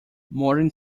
modern